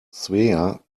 svea